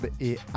et